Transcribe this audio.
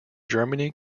germany